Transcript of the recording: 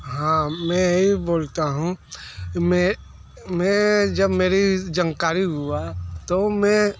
हाँ मैं येही बोलता हूँ मैं मैं जब मेरी जानकारी हुआ तो मैं